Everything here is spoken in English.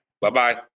Bye-bye